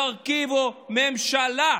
תרכיבו ממשלה.